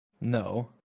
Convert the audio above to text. No